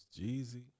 Jeezy